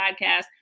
podcast